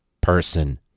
person